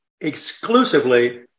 exclusively